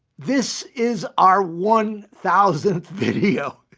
this is our one thousandth video.